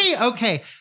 Okay